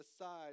aside